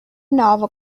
novel